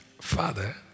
father